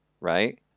right